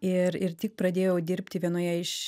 ir ir tik pradėjau dirbti vienoje iš